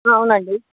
అవునండి